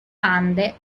ande